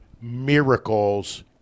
miracles